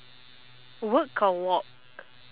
work or walk